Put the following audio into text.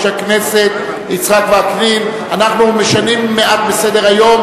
הכנסת יצחק וקנין אנחנו משנים מעט מסדר-היום,